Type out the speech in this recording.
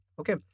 Okay